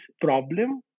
problem